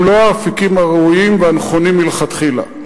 לא האפיקים הראויים והנכונים מלכתחילה.